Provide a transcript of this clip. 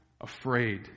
afraid